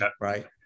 right